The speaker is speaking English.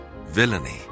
villainy